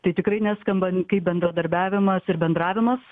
tai tikrai neskamba kaip bendradarbiavimas ir bendravimas